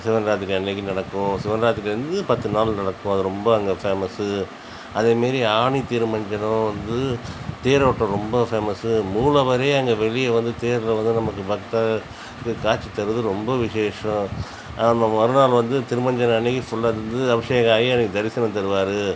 சிவன் இராத்திரி அன்னிக்கி நடக்கும் சிவன் இராத்திரி இருந்து பத்துநாள் நடக்கும் அது ரொம்ப அங்கே பேமஸ்ஸு அதே மாரி ஆனி திருமஞ்சனம் வந்து தேரோட்டம் ரொம்ப பேமஸ்ஸு மூலவரே அங்கே வெளியே வந்து தேரில் வந்து நமக்கு பக்தருக்கு இது காட்சி தருவது ரொம்ப விசேஷம் அங்கே மறுநாள் வந்து திருமஞ்சனம் அன்னிக்கு ஃபுல்லாக இருந்து அபிஷேகம் ஆகி எனக்கு தரிசனம் தருவார்